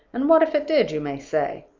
and what if it did you may say.